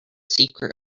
secret